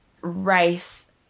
race